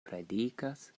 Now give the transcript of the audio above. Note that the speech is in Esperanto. predikas